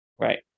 Right